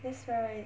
that's right